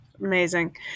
Amazing